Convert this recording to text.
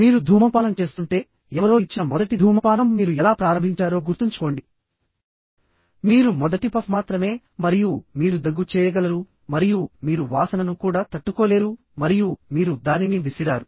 మీరు ధూమపానం చేస్తుంటే ఎవరో ఇచ్చిన మొదటి ధూమపానం మీరు ఎలా ప్రారంభించారో గుర్తుంచుకోండి మీరు మొదటి పఫ్ మాత్రమే మరియు మీరు దగ్గు చేయగలరు మరియు మీరు వాసనను కూడా తట్టుకోలేరు మరియు మీరు దానిని విసిరారు